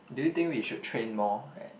do you think we should train more at